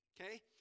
okay